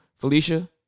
Felicia